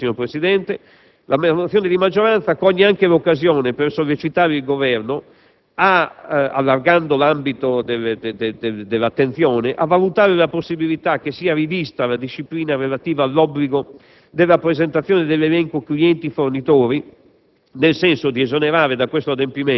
Più in generale - e mi avvio a concludere, signor Presidente -, la mozione di maggioranza coglie anche l'occasione per sollecitare il Governo, allargando l'ambito dell'attenzione, a valutare la possibilità che sia rivista la disciplina relativa all'obbligo di presentazione dell'elenco clienti-fornitori,